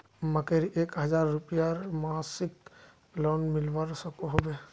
मकईर एक हजार रूपयार मासिक लोन मिलवा सकोहो होबे?